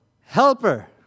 Helper